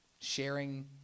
sharing